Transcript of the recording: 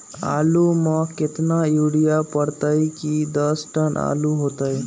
आलु म केतना यूरिया परतई की दस टन आलु होतई?